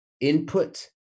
input